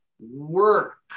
Work